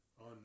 on